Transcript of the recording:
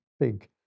big